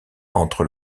entre